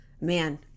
man